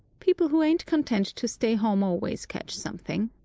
people who ain't content to stay home always catch something.